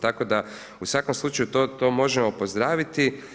Tako da, u svakom slučaju to možemo pozdraviti.